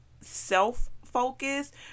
self-focused